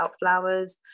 flowers